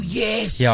yes